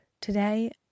today